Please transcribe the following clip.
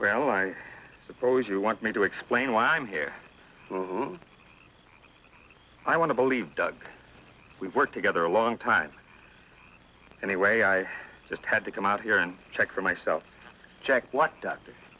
well i suppose you want me to explain why i'm here well i want to believe doug we worked together a long time anyway i just had to come out here and check for myself check what doctors